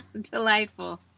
Delightful